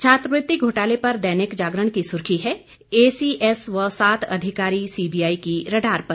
छात्रवृति घोटाले पर दैनिक जागरण की सुर्खी है एसीएस व सात अधिकारी सीबीआई की रडार पर